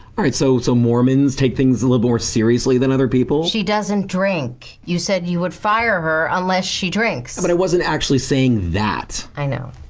all right, so so mormons take things a little more seriously than other people? she doesn't drink. you said you would fire her unless she drinks. yeah, but i wasn't actually saying that. i know.